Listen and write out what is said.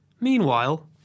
Meanwhile